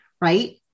right